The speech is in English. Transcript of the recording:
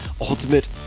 Ultimate